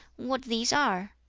what these are?